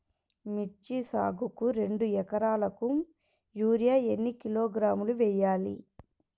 మిర్చి సాగుకు రెండు ఏకరాలకు యూరియా ఏన్ని కిలోగ్రాములు వేయాలి?